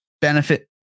benefit